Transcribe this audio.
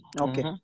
Okay